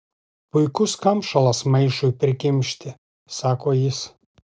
puikus kamšalas maišui prikimšti sako jis